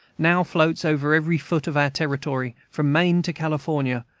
now floats over every foot of our territory, from maine to california,